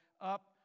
up